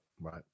Right